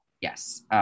Yes